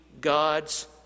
God's